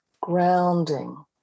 grounding